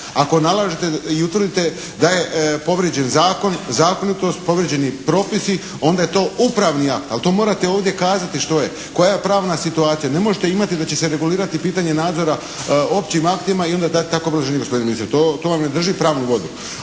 ako nalažete i utvrdite da je povrijeđen zakon, zakonitost, povrijeđeni propisi onda je to upravni akt, ali to morate ovdje kazati što je, koja pravna situacija. Ne možete imati da će se regulirati pitanje nadzora općim aktima i onda dati takvo obrazloženje gospodine ministre, to vam ne drži pravnu vodu.